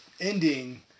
ending